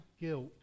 guilt